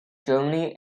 germany